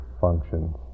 functions